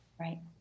Right